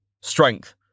Strength